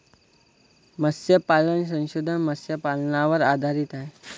मत्स्यपालन संशोधन मत्स्यपालनावर आधारित आहे